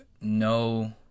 no